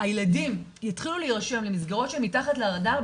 הילדים יתחילו להירשם למסגרות שהן מתחת לרדר,